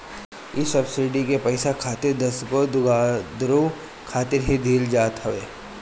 इ सब्सिडी के पईसा खाली दसगो दुधारू खातिर ही दिहल जात हवे